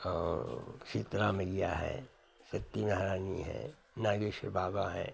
और शीतला मैया हैं सत्ती महारानी हैं नागेश्वर बाबा हैं